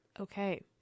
Okay